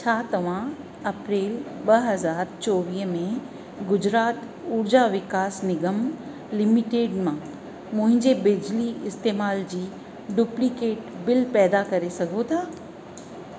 छा तव्हां अप्रैल ॿ हज़ार चोवीह में गुजरात ऊर्जा विकास निगम लिमिटेड मां मुंहिंजे बिजली इस्तेमालु जी डुप्लीकेट बिल पैदा करे सघो था